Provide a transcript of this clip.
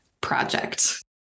project